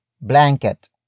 blanket